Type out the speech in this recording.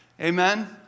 Amen